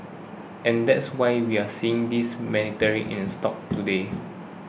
and that's why we're seeing this meandering in stocks today